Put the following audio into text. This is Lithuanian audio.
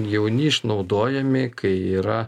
jauni išnaudojami kai yra